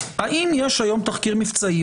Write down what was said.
האם יש היום תחקיר מבצעי,